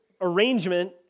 arrangement